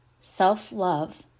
Self-love